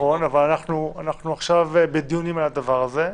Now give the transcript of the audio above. נכון, אנחנו עכשיו בדיונים על הדבר הזה.